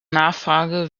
nachfrage